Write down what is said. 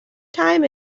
time